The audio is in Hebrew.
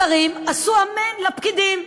השרים אמרו אמן לפקידים,